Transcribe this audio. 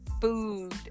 food